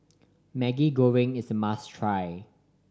Maggi Goreng is a must try